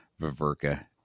Viverka